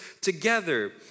together